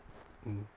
mm